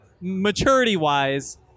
maturity-wise